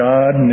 God